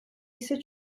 ise